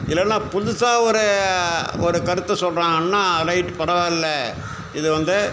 இல்லைனா புதுசா ஒரு ஒரு கருத்து சொல்கிறாங்கன்னா ரைட்டு பரவாயில்ல இது வந்து